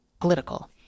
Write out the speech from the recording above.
political